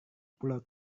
pulau